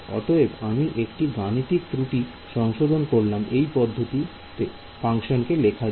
অতএব আমি একটি গাণিতিক ত্রুটি সংশোধন করলাম এই পদ্ধতিতে ফাংশন কে লেখার জন্য